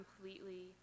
completely